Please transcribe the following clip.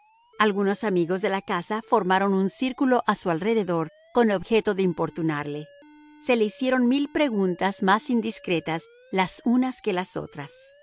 algunos amigos de la casa formaron un círculo a su alrededor con objeto de importunarle se le hicieron mil preguntas más indiscretas las unas que las otras